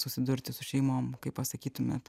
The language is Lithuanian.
susidurti su šeimom kaip pasakytumėt